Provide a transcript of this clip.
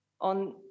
on